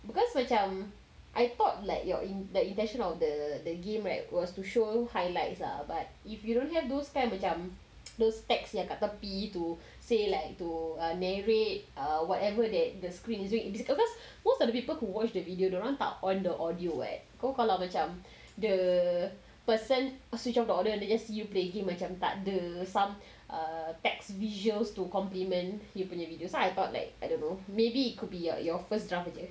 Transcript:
because macam I thought like your the intention of the game right was to show highlights lah but if you don't have those kind macam those text yang dekat tepi tu say like to narrate whatever that the screen is doing because most of the people who watch the video dia orang tak on the audio [what] kau kalau macam the person switch off the audio and you just you playing macam tak ada some err text visuals to compliment you punya video so I thought like I don't know maybe it could be your first draft jer